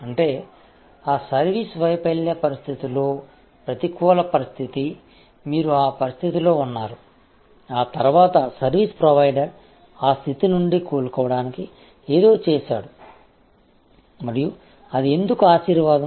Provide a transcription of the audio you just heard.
అంటే సర్వీస్ వైఫల్య పరిస్థితిలో ప్రతికూల పరిస్థితి మీరు ఆ పరిస్థితిలో ఉన్నారు ఆ తర్వాత సర్వీస్ ప్రొవైడర్ ఆ స్థితి నుండి కోలుకోవడానికి ఏదో చేసాడు మరియు అది ఎందుకు ఆశీర్వాదం